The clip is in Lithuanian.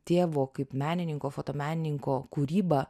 tėvo kaip menininko fotomenininko kūryba